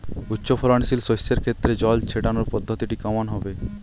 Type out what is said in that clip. উচ্চফলনশীল শস্যের ক্ষেত্রে জল ছেটানোর পদ্ধতিটি কমন হবে?